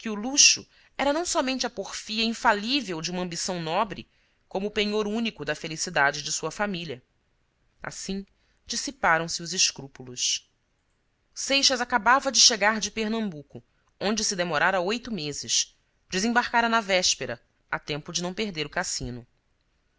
o luxo era não so men te a porfia infalível de uma ambição nobre como o penhor único da felicidade de sua família assim dissiparam se os escrúpulos seixas acabava de chegar de pernambuco onde se demorara oito meses desembarcara na véspera a tempo de não perder o cassino